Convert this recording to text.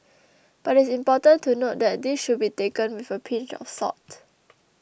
but it's important to note that this should be taken with a pinch of salt